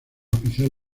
oficial